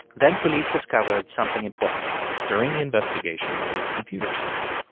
then police discovered something important during the investigation, there were computers seized.